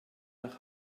nach